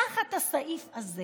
תחת הסעיף הזה